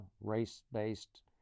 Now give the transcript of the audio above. race-based